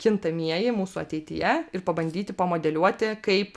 kintamieji mūsų ateityje ir pabandyti pamodeliuoti kaip